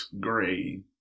gray